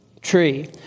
tree